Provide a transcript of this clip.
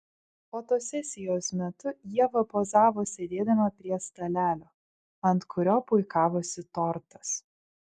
fotosesijos metu ieva pozavo sėdėdama prie stalelio ant kurio puikavosi tortas